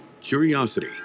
curiosity